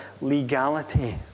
Legality